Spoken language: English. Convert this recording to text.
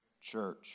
church